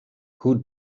who